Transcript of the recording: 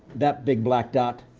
that big black dot.